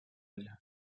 elles